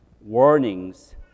warnings